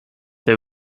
they